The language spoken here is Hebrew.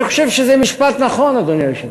אני חושב שזה משפט נכון, אדוני היושב-ראש.